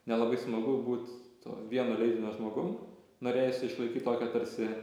nelabai smagu būt to vieno leidinio žmogum norėjosi išlaikyt tokią tarsi